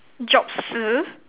jobs